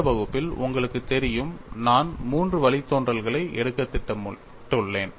இந்த வகுப்பில் உங்களுக்குத் தெரியும் நான் மூன்று வழித்தோன்றல்களை எடுக்க திட்டமிட்டுள்ளேன்